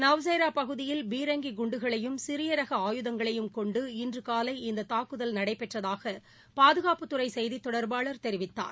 நவ்சேரா பகுதியில் பீரங்கி குண்டுகளையும் சிறிய ரக ஆயுதங்களையும் கொண்டு இன்று காலை இந்த தாக்குதல் நடந்ததாக பாதுகாப்புத்துறை செய்தித்தொடர்பாளர் தெரிவித்தார்